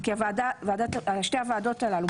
כי שתי הוועדות האלו,